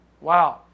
Wow